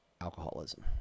alcoholism